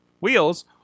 Wheels